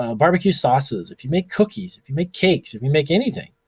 ah barbecue sauces, if you make cookies, if you make cakes, if you make anything